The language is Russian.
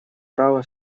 права